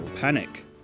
panic